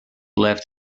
left